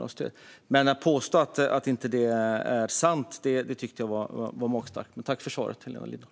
Att påstå att det inte är sant var magstarkt. Men tack ändå för svaret, Helena Lindahl!